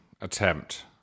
attempt